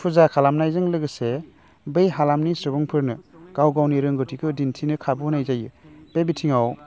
फुजा खालामनायजों लोगोसे बै हालामनि सुबुंफोरनो गाव गावनि रोंगौथिखौ दिन्थिनो खाबु होनाय जायो बे बिथिंआव